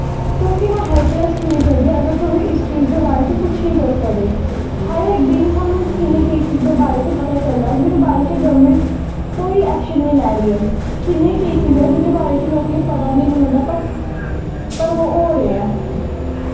तो किन्ना हैल्पलैस्स करगे अगर तुस इस चीज दे बारे च कुछ निं करी सकदे हर इक दिन सानू किन्ने केसिस दे बारे च पता चलदा जिस दे बारे च गौरमैंट कोई ऐक्शन निं लै दी ऐ किन्ने केसिस ऐ जिं'दे बारे च लोकें गी पता बी हैन्नी होंदा पर ओह् हो रेह् ऐं